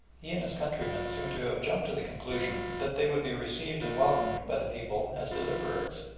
he and his countrymen seem to have jumped to the conclusion that they would be received and welcomed by the people as deliverers.